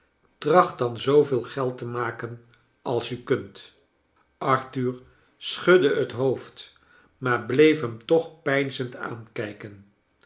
tracht dan zooveel geld te maken als u kunt arthur schudde het hoofd maar bleef hem toch peinzend aankrjken